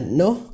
no